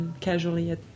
casually